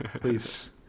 please